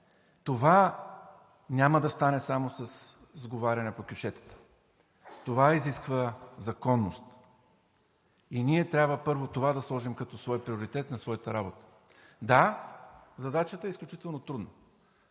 Това няма да стане само със сговаряне по кьошетата. Това изисква законност и ние трябва първо това да сложим като приоритет на своята работа. Да, задачата е изключително трудна.